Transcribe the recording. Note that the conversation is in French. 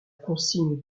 consigne